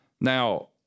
Now